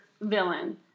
villain